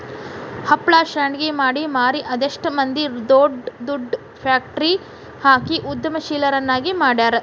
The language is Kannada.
ಹಪ್ಳಾ ಶಾಂಡ್ಗಿ ಮಾಡಿ ಮಾರಿ ಅದೆಷ್ಟ್ ಮಂದಿ ದೊಡ್ ದೊಡ್ ಫ್ಯಾಕ್ಟ್ರಿ ಹಾಕಿ ಉದ್ಯಮಶೇಲರನ್ನಾಗಿ ಮಾಡ್ಯಾರ